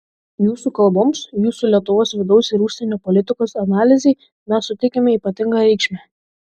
jūsų kalboms jūsų lietuvos vidaus ir užsienio politikos analizei mes suteikiame ypatingą reikšmę